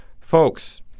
folks